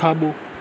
खाबो॒